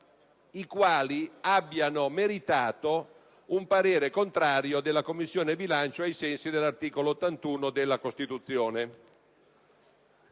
i quali abbiano meritato un parere contrario della Commissione bilancio ai sensi dell'articolo 81 della Costituzione.